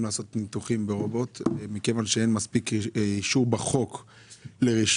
לעשות ניתוחים באמצעותו כיוון שאין אישור בחוק לרישיונות.